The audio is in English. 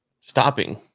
stopping